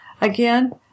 Again